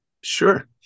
Sure